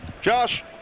Josh